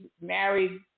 married